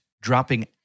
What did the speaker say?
dropping